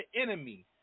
enemy